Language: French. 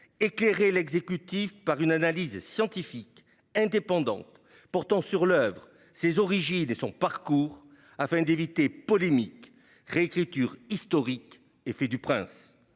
éclairer l'exécutif par une analyse scientifique indépendante portant sur l'oeuvre, ses origines et son parcours, afin d'éviter polémiques, réécriture historique et fait du prince.